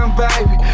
baby